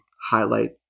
highlight